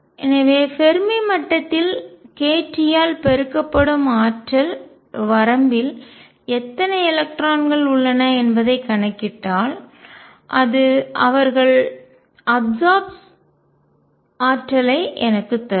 எனவே ஃபெர்மி மட்டத்தில் kT ஆல் பெருக்கப்படும் ஆற்றல் வரம்பில் எத்தனை எலக்ட்ரான்கள் உள்ளன என்பதைக் கணக்கிட்டால் அது அவர்கள் அப்சார்பெட் உறிஞ்சும் ஆற்றலை எனக்குத் தரும்